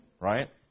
right